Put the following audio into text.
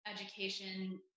education